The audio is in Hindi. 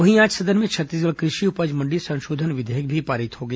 वहीं आज सदन में छत्तीसगढ़ कृषि उपज मण्डी संशोधन विधेयक भी पारित हो गया